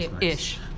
Ish